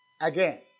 again